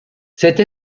cette